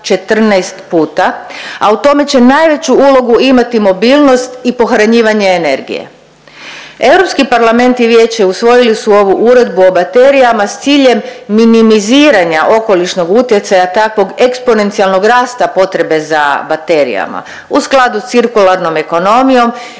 14 puta, a u tome će najveću ulogu imati mobilnost i pohranjivanje energije. Europski parlament i vijeće usvojili su ovu uredbu o baterijama s ciljem minimiziranja okolišnog utjecaja takvog eksponencijalnog rasta potrebe za baterijama u skladu s cirkularnom ekonomijom